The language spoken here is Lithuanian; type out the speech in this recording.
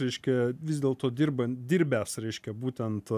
reiškia vis dėlto dirbant dirbęs reiškia būtent